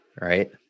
right